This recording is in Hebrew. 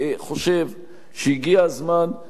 שהגיע הזמן שיתבצעו שני דברים.